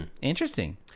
interesting